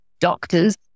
doctors